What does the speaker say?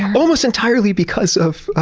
almost entirely because of